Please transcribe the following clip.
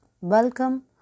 Welcome